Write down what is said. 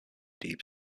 deep